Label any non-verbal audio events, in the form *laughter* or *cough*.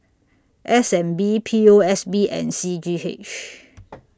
S N B P O S B and C G H *noise*